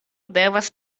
devas